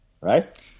right